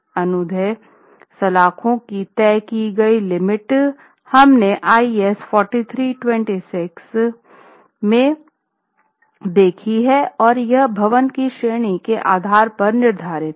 अनुदैर्ध्य सलाखों की तय की गई लिमिट हमने आईएस 4326 में देखी है और यह भवन की श्रेणी के आधार पर निर्धारित होता है